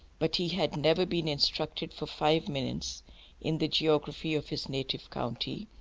but he had never been instructed for five minutes in the geography of his native county,